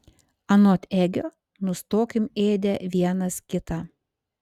anot egio nustokim ėdę vienas kitą